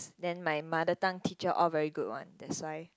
then my mother tongue teacher all very good one that's why